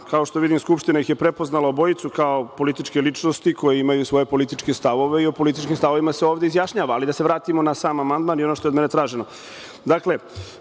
kao što vidim Skupština ih je prepoznala obojicu kao političke ličnosti koje imaju svoje političke stavove i o političkim stavovima izjašnjava. Ali, da se vratimo na sam amandman i ono što je od mene traženo. Dakle,